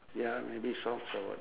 ya maybe soft or what